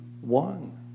one